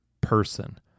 person